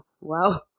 Wow